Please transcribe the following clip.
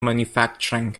manufacturing